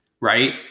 right